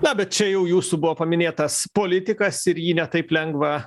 na bet čia jau jūsų buvo paminėtas politikas ir jį ne taip lengva